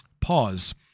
pause